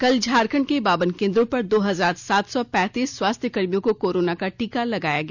कल झारखंड के बावन केंद्रों पर दो हजार सात सौ पैंतीस स्वास्थकर्मियों को कोरोना का टीका लगाया गया